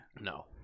No